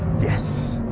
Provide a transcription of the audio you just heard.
yes.